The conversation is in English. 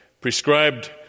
prescribed